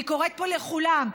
אני קוראת פה לכולם,